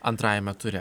antrajame ture